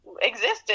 existed